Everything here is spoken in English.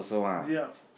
yeah